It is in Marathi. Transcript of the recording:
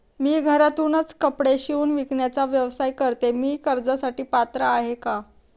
मी घरातूनच कपडे शिवून विकण्याचा व्यवसाय करते, मी कर्जासाठी पात्र आहे का?